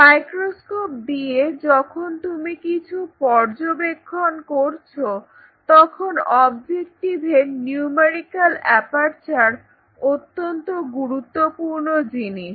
microscope দিয়ে যখন তুমি কিছু পর্যবেক্ষণ করছ তখন অবজেক্টিভের নিউমেরিক্যাল অ্যাপারচার অত্যন্ত গুরুত্বপূর্ণ জিনিস